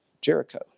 Jericho